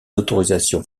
autorisations